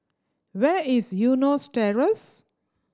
where is Eunos Terrace